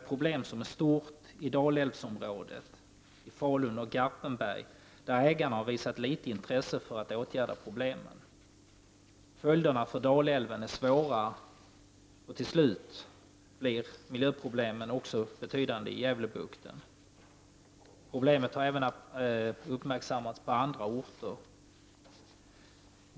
Problemet är stort i Dalälvsområdet, i Falun och Garpenberg, där ägarna har visat föga intresse för att åtgärda problemen. Följderna för Dalälven är svåra, och till slut blir miljöproblemen betydande även i Gävlebukten. Problemen har även uppmärksammats på andra orter.